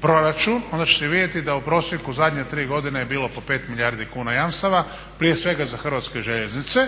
proračun onda ćete vidjeti da u prosjeku zadnje 3 godine je bilo po 5 milijardi kuna jamstva, prije svega za Hrvatske željeznice